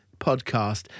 Podcast